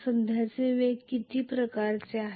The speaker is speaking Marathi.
सध्याचे वेग किती प्रकारचे आहे